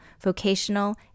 vocational